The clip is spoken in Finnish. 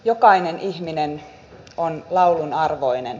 jokainen ihminen on laulun arvoinen